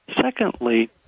Secondly